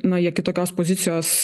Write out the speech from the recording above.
na jie kitokios pozicijos